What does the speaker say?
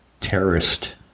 terrorist